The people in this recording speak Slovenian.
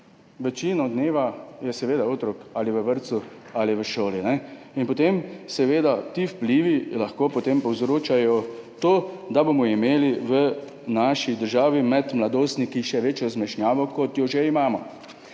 večino dneva je seveda otrok ali v vrtcu ali v šoli. Potem seveda ti vplivi lahko povzročajo to, da bomo imeli v naši državi med mladostniki še večjo zmešnjavo, kot jo že imamo.